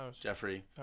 Jeffrey